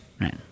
Right